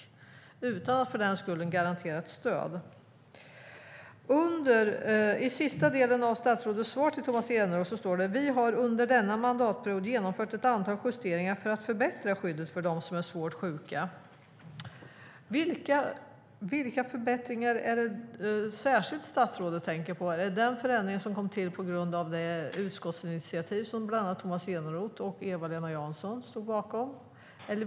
Det gör man utan att för den skull garantera ett stöd. I sista delen av statsrådets svar till Tomas Eneroth sade han: "Vi har under denna mandatperiod genomfört ett antal justeringar för att förbättra skyddet för dem som är svårt sjuka." Vilka förbättringar är det särskilt statsrådet tänker på? Är det den förändring som kom till på grund av det utskottsinitiativ bland annat Tomas Eneroth och Eva-Lena Jansson stod bakom?